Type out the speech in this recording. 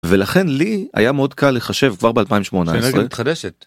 ולכן לי היה מאוד קל לחשב כבר ב 2018.